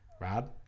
Rob